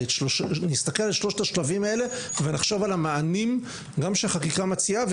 נסתכל על שלושת השלבים האלה ונחשוב על המענים גם שהחקיקה מציעה,